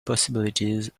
possibilities